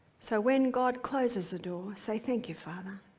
so when god closes a door say, thank you, father,